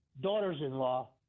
daughters-in-law